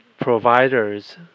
providers